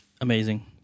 Amazing